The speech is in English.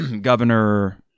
Governor